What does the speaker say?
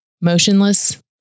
motionless